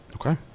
Okay